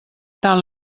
tant